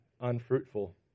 unfruitful